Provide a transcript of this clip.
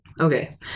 okay